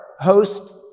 host